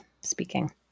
speaking